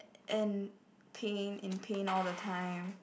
and pain in pain all the time